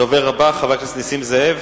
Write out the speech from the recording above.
הדובר הבא, חבר הכנסת נסים זאב,